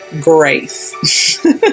grace